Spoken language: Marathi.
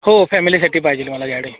हो फॅमिलीसाठी पाहिजेल मला गाडी